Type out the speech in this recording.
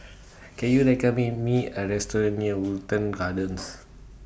Can YOU recommend Me A Restaurant near Wilton Gardens